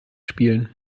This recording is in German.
spielen